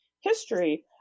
history